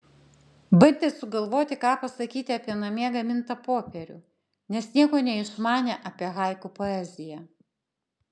bandė sugalvoti ką pasakyti apie namie gamintą popierių nes nieko neišmanė apie haiku poeziją